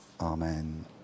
Amen